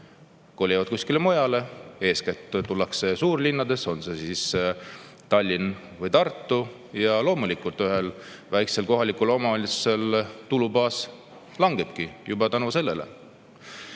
kolivad kuskile mujale, eeskätt suurlinnadesse, on see siis Tallinn või Tartu. Ja loomulikult, ühel väiksel kohalikul omavalitsusel tulubaas langebki juba selle